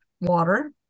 water